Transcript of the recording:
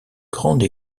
grande